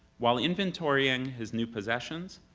while inventorying his new possessions,